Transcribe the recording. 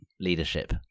leadership